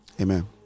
Amen